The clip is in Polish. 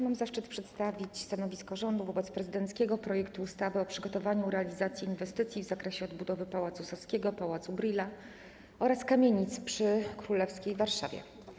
Mam zaszczyt przedstawić stanowisko rządu wobec prezydenckiego projektu ustawy o przygotowaniu i realizacji inwestycji w zakresie odbudowy Pałacu Saskiego, Pałacu Brühla oraz kamienic przy ulicy Królewskiej w Warszawie.